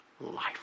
life